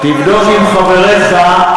תבדוק עם חבריך,